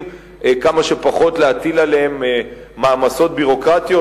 כמה שפחות להטיל עליהם מעמסות ביורוקרטיות.